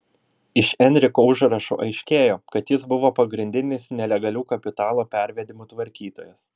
iš enriko užrašų aiškėjo kad jis buvo pagrindinis nelegalių kapitalo pervedimų tvarkytojas